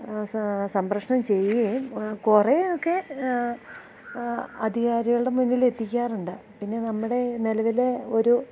സംപ്രേഷണം ചെയ്യുകയും കുറെയൊക്കെ അധികാരികളുടെ മുന്നിലെത്തിക്കാറുണ്ട് പിന്നെ നമ്മുടെ നിലവിലെയൊരു